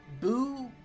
Boo